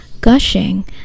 gushing